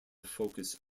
focus